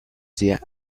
sea